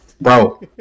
Bro